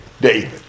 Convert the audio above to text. David